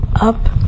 up